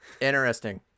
Interesting